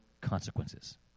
consequences